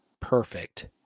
perfect